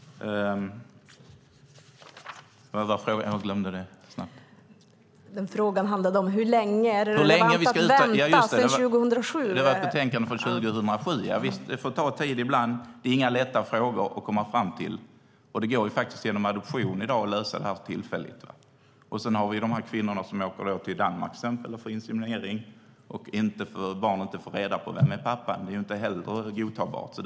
Jag glömde frågan. : Frågan handlade om hur länge det är rimligt att vänta.) Javisst - det var ett betänkande från 2007. Det får ta tid ibland. Det är inga lätta frågor att komma fram till svar på. I dag går det också att lösa detta tillfälligt genom adoption. Sedan har vi kvinnorna som åker till exempelvis Danmark och insemineras, där barnen inte får reda på vem som är pappan. Det är inte heller godtagbart.